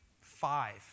five